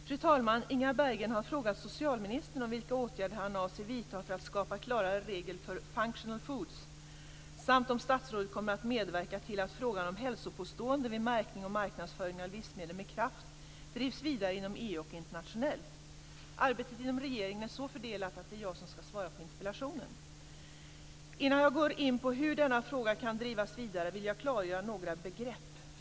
Fru talman! Inga Berggren har frågat socialministern om vilka åtgärder han avser vidta för att skapa klarare regler för functional foods samt om statsrådet kommer att medverka till att frågan om hälsopåståenden vid märkning och marknadsföring av livsmedel med kraft drivs vidare inom EU och internationellt. Arbetet inom regeringen är så fördelat att det är jag som skall svara på interpellationen. Innan jag går in på hur denna fråga kan drivas vidare vill jag klargöra några begrepp.